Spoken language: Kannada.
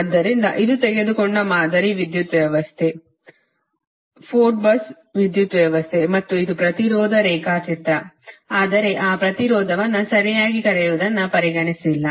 ಆದ್ದರಿಂದ ಇದು ತೆಗೆದುಕೊಂಡ ಮಾದರಿ ವಿದ್ಯುತ್ ವ್ಯವಸ್ಥೆ 4 bus ವಿದ್ಯುತ್ ವ್ಯವಸ್ಥೆ ಮತ್ತು ಇದು ಪ್ರತಿರೋಧ ರೇಖಾಚಿತ್ರ ಆದರೆ ಆ ಪ್ರತಿರೋಧವನ್ನು ಸರಿಯಾಗಿ ಕರೆಯುವುದನ್ನು ಪರಿಗಣಿಸಿಲ್ಲ